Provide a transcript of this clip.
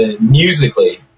musically